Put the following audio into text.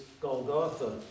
Golgotha